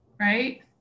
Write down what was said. right